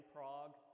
Prague